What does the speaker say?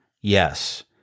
Yes